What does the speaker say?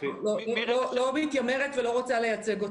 בגלל שנפסקה לגמרי הפעילות מול הרשות הפלשתינאית